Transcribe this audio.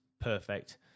Perfect